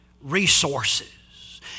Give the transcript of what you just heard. resources